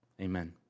Amen